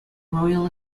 royal